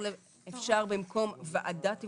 אפשר במקום ועדת אבחון,